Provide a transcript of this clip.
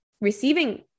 receiving